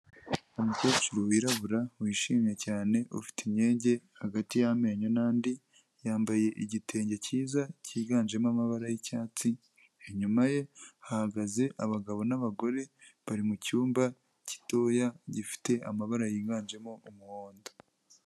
Umukecuru wirabura wishimye cyane ufite imyenge hagati y'amenyo n'andi, yambaye igitenge kiza kiganjemo amabara y'icyatsi, inyuma ye hahagaze abagabo n'abagore bari mu cyumba gitoya gifite amabara yiganjemo umuhondo.